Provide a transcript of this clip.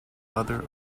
other